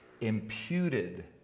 imputed